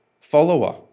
follower